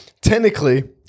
Technically